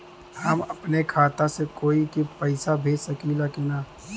हम अपने खाता से कोई के पैसा भेज सकी ला की ना?